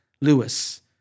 Lewis